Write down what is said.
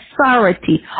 authority